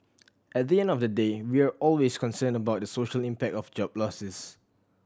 at the end of the day we're always concerned about the social impact of job losses